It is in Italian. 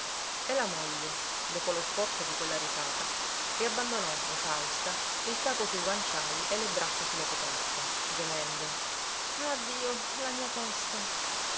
e la moglie dopo lo sforzo di quella risata riabbandonò esausta il capo sui guanciali e le braccia su le coperte gemendo ah dio la mia testa